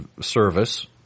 service